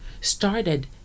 started